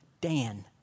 Dan